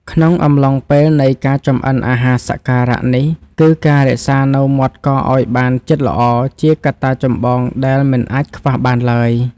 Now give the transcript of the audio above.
ក្នុងអំឡុងពេលនៃការចម្អិនអាហារសក្ការៈនេះគឺ ការរក្សានូវមាត់កឱ្យបានជិតល្អជាកត្តាចម្បងដែលមិនអាចខ្វះបានឡើយ។